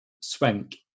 Swank